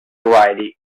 variety